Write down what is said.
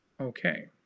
Okay